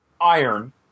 iron